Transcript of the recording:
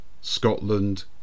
Scotland